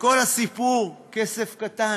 וכל הסיפור כסף קטן.